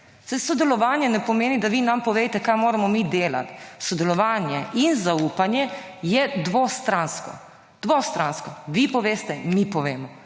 sodelovanje ne pomeni, da vi nam povejte kaj moramo delati. Sodelovanje in zaupanje je dvostransko. Dvostransko. Vi poveste, mi povemo.